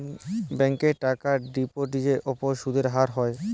ব্যাংকে টাকার ডিপোজিটের উপর যে সুদের হার হয়